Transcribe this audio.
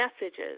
messages